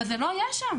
אבל זה לא היה שם.